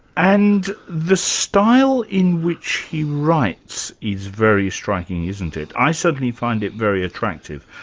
and the style in which he writes is very striking, isn't it? i certainly find it very attractive.